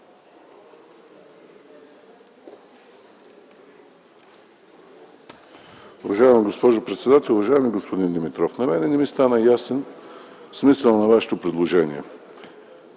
Уважаема госпожо председател! Уважаеми господин Димитров, на мен не ми стана ясен смисъла на Вашето предложение.